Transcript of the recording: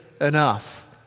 enough